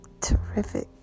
terrific